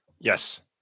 Yes